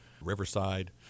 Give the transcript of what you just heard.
Riverside